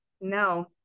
No